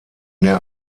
der